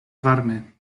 varme